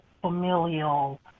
familial